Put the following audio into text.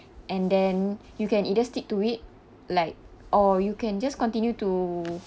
and then you can either stick to it like or you can just continue to